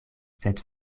sed